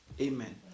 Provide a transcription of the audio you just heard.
amen